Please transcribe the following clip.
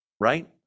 right